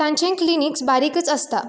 तांचे क्लिनिक्स बारिकच आसतात